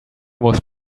was